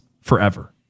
forever